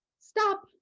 Stop